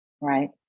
right